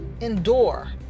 endure